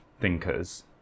thinkers